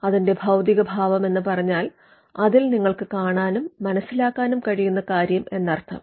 അതിന്റെ ഭൌതിക ഭാവം എന്ന് പറഞ്ഞാൽ അതിൽ നിങ്ങൾക്ക് കാണാനും മനസിലാക്കാനും കഴിയുന്ന കാര്യം എന്നർത്ഥം